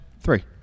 Three